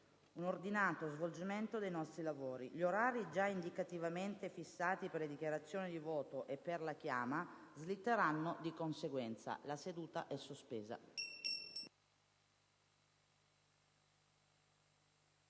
un ordinato svolgimento dei nostri lavori. Gli orari già indicativamente fissati per le dichiarazioni di voto e per la chiama slitteranno di conseguenza. La seduta è sospesa.